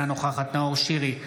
אינה נוכחת נאור שירי,